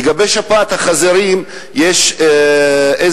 לגבי שפעת החזירים, יש איזו